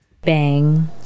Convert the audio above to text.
bang